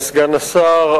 אדוני סגן השר,